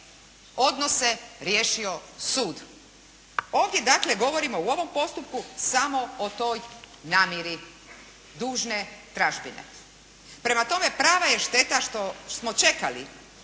probleme riješio sud. Ovdje dakle govorimo u ovom postupku samo o toj namjeri dužne tražbine. Prema tome prava je šteta što smo čekali